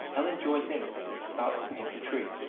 ellen joins in as they start to paint the tree,